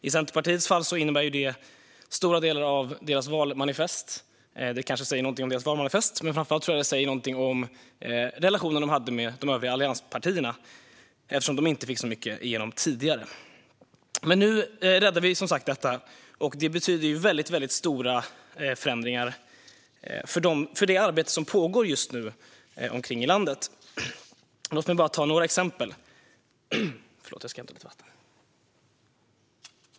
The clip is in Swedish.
I Centerpartiets fall innebär det stora delar av partiets valmanifest. Det kanske säger något om deras valmanifest, men framför allt tror jag att det säger något om relationen de hade med de övriga allianspartierna eftersom de inte fick igenom så mycket tidigare. Nu räddar vi som sagt detta, och det betyder stora förändringar för det arbete som just nu pågår runt omkring i landet. Låt mig ta några exempel.